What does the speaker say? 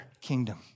kingdom